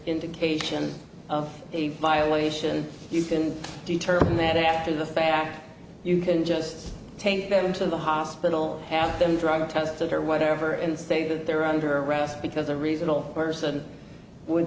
indication of a violation you can determine that after the fact you can just take them to the hospital have them drug tested or whatever and say that they're under arrest because a reasonable person would